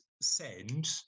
send